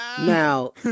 Now